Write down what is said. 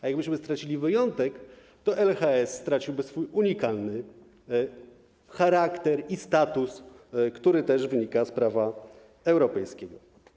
A gdybyśmy stracili wyjątek, to LHS straciłby swój unikalny charakter i status, który wynika też z prawa europejskiego.